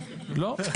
לא.